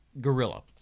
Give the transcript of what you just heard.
Gorilla